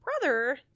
brother